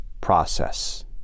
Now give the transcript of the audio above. process